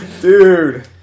Dude